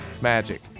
Magic